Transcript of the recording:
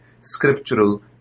scriptural